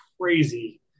crazy